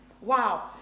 Wow